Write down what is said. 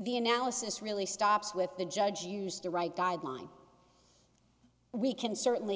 the analysis really stops with the judge used the right died line we can certainly